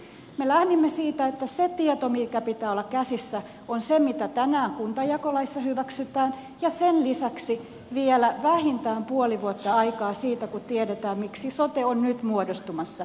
me lähdimme siitä että se tieto minkä pitää olla käsissä on se mitä tänään kuntajakolaissa hyväksytään ja sen lisäksi vielä vähintään puoli vuotta aikaa siitä kun tiedetään miksi sote on nyt muodostumassa